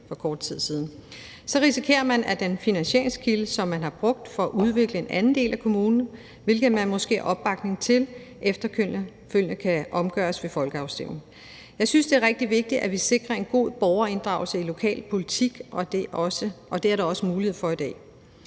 for kort tid siden. Så risikerer man, at den finansieringskilde, som man har brugt til at udvikle en anden del af kommunen – hvilket man måske har opbakning til – efterfølgende kan omgøres ved folkeafstemning. Jeg synes, det er rigtig vigtigt, at vi sikrer en god borgerinddragelse i lokalpolitik, og det er der også mulighed for i dag.